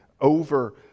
over